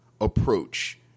approach